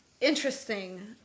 interesting